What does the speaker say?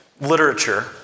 literature